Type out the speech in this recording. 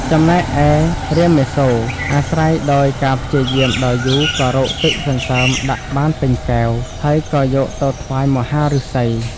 ចំណែកឯរាមមាសូរ អាស្រ័យដោយការព្យាយាមដ៏យូរក៏រកទឹកសន្សើមដាក់បានពេញកែវ ហើយក៏យកទៅថ្វាយមហាឫសី។